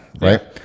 right